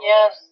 Yes